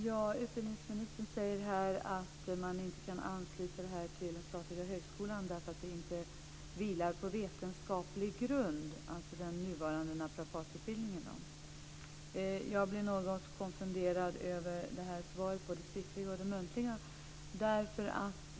Fru talman! Utbildningsministern säger att man inte kan ansluta den nuvarande naprapatutbildningen till den statliga högskolan därför att den inte vilar på vetenskaplig grund. Jag blir något konfunderad över detta svar, både det skriftliga och det muntliga.